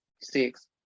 six